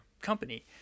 company